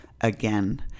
again